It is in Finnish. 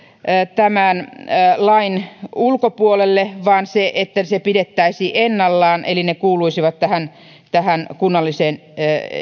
tämän lain ulkopuolelle vaan se pidettäisiin ennallaan eli ne kuuluisivat kunnalliseen